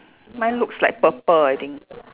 mine looks like purple I think